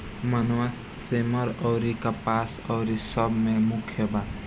मनवा, सेमर अउरी कपास अउरी सब मे मुख्य बा